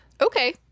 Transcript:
Okay